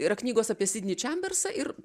yra knygos apie sidnį čembersą ir